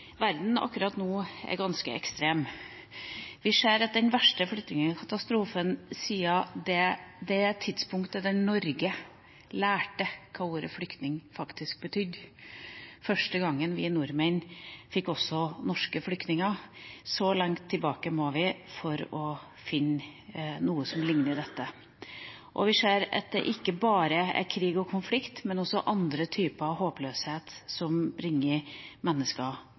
verden akkurat nå er ganske ekstrem. Vi ser den verste flyktningkatastrofen siden det tidspunktet da Norge lærte hva ordet «flyktning» faktisk betydde, første gang vi nordmenn fikk også norske flyktninger – så langt tilbake må vi for å finne noe som ligner dette. Vi ser at det ikke bare er krig og konflikt, men også andre typer håpløshet som bringer mennesker